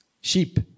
Sheep